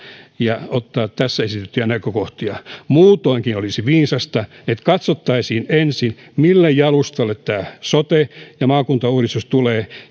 ja ottaa tässä esitettyjä näkökohtia muutoinkin olisi viisasta että katsottaisiin ensin mille jalustalle tämä sote ja maakuntauudistus tulee